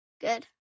Good